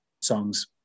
songs